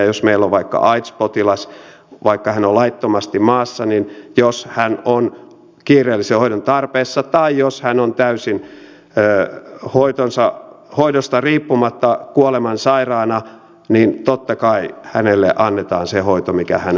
jos meillä on vaikka aids potilas ja vaikka hän on laittomasti maassa niin jos hän on kiireellisen hoidon tarpeessa tai jos hän on täysin hoidosta riippumatta kuolemansairaana niin totta kai hänelle annetaan se hoito mikä hänelle kuuluu